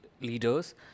leaders